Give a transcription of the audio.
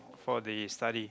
for the study